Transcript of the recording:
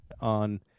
on